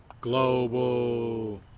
global